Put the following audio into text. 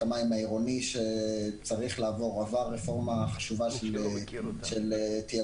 המים העירוני שעבר רפורמה חשובה של תיאגוד.